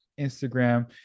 Instagram